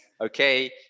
okay